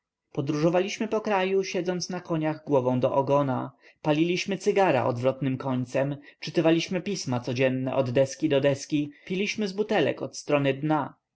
podróżowaliśmy po kraju siedząc na koniach głową do ogona paliliśmy cygara odwrotnym końcem czytywaliśmy pisma codzienne od deski do deski piliśmy z butelek od strony dna